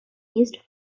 least